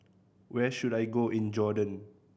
where should I go in Jordan